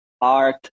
art